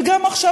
וגם עכשיו,